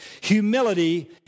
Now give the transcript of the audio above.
Humility